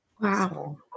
Wow